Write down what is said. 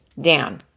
down